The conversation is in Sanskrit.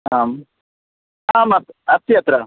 आम् आम् अस् अस्ति अत्र